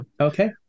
okay